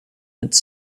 its